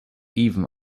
even